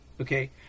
okay